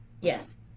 Yes